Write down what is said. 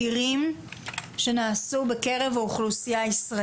אדירים בכל מה שנוגע למצבם הנפשי של אנשים בקרב האוכלוסייה הישראלית.